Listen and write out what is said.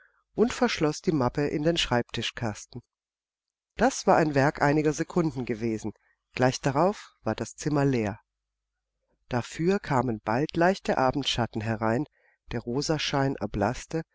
und verschloß die mappe in den schreibtischkasten das war das werk einiger sekunden gewesen gleich darauf war das zimmer leer dafür kamen bald leichte abendschatten herein der rosaschein erblaßte